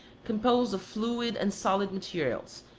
composed of fluid and solid materials,